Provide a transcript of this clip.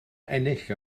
ennill